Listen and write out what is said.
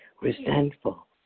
resentful